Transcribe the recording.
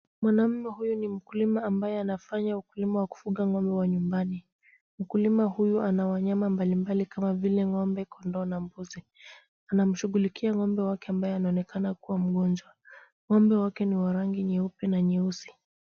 Mwanaume huyu ni mkulima ambaye anafanya ukulima wa kufuga ng'ombe wa nyumbani. Mkulima huyu ana wanyama mbalimbali kama vile, ng'ombe, kondoo na mbuzi. Anamshughulikia ng'ombe wake ambaye anaonekana kuwa mgonjwa. Ng'ombe wake ni wa rangi nyeupe na nyeusi.